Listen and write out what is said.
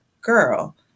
girl